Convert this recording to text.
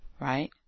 right